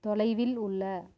தொலைவில் உள்ள